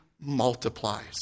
multiplies